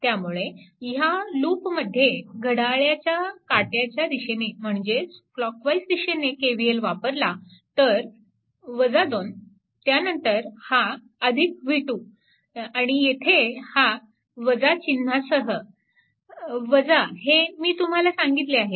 त्यामुळे ह्या लूपमध्ये घड्याळाच्या काट्याच्या दिशेने म्हणजेच क्लॉकवाईज दिशेने KVL वापरला तर 2 त्यानंतर हा अधिक v2 आणि येथे हा वजा चिन्हासह हे मी तुम्हाला सांगितले आहे